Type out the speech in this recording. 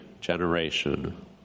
generation